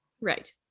Right